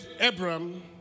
Abram